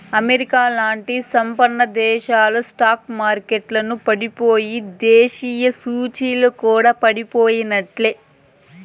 అమెరికాలాంటి సంపన్నదేశాల స్టాక్ మార్కెట్లల పడిపోయెనా, దేశీయ సూచీలు కూడా పడిపోయినట్లే